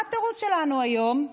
מה התירוץ שלנו היום,